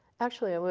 actually,